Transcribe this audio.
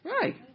Right